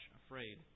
afraid